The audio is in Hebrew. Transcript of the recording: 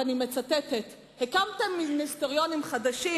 ואני מצטטת: "הקמתם מיניסטריונים חדשים